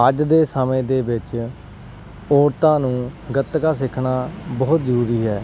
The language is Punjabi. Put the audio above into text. ਅੱਜ ਦੇ ਸਮੇਂ ਦੇ ਵਿੱਚ ਔਰਤਾਂ ਨੂੰ ਗਤਕਾ ਸਿਖਣਾ ਬਹੁਤ ਜ਼ਰੂਰੀ ਹੈ